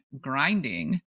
grinding